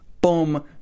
Boom